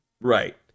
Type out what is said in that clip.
right